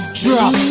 drop